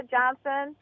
Johnson